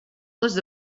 les